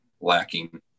lacking